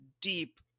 deep